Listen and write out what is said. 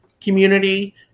community